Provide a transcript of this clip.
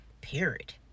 Period